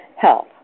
Health